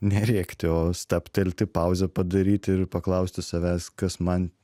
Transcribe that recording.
nerėkti o stabtelti pauzę padaryti ir paklausti savęs kas man